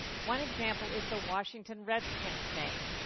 one example is the washington redskins' name.